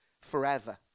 forever